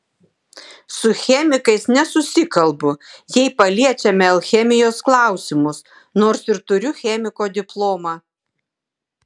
su chemikais nesusikalbu jei paliečiame alchemijos klausimus nors ir turiu chemiko diplomą